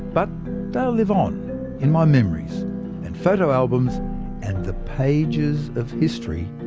but they'll live on in my memories and photo albums and the pages of history,